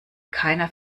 keiner